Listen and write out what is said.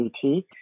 CT